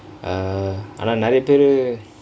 err ஆனா நிறைய பேர்:aanaa niraya peru